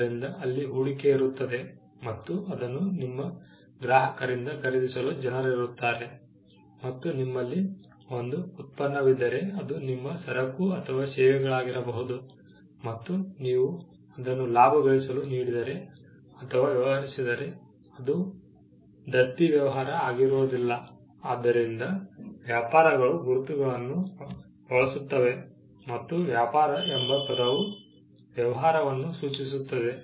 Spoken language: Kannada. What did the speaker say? ಆದ್ದರಿಂದ ಅಲ್ಲಿ ಹೂಡಿಕೆ ಇರುತ್ತದೆ ಮತ್ತು ಅದನ್ನು ನಿಮ್ಮ ಗ್ರಾಹಕರಿಂದ ಖರೀದಿಸಲು ಜನರಿರುತ್ತಾರೆ ಮತ್ತು ನಿಮ್ಮಲ್ಲಿ ಒಂದು ಉತ್ಪನ್ನವಿದ್ದರೆ ಅದು ನಿಮ್ಮ ಸರಕು ಅಥವಾ ಸೇವೆಗಳಾಗಿರಬಹುದು ಮತ್ತು ನೀವು ಅದನ್ನು ಲಾಭ ಗಳಿಸಲು ನೀಡಿದರೆ ಅಥವಾ ವ್ಯವಹರಿಸಿದರೆ ಅದು ದತ್ತಿ ವ್ಯವಹಾರ ಆಗಿರುವುದಿಲ್ಲ ಆದ್ದರಿಂದ ವ್ಯಾಪಾರಗಳು ಗುರುತುಗಳನ್ನು ಬಳಸುತ್ತವೆ ಮತ್ತು ವ್ಯಾಪಾರ ಎಂಬ ಪದವು ವ್ಯವಹಾರವನ್ನು ಸೂಚಿಸುತ್ತದೆ